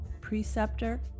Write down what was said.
preceptor